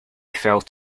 felt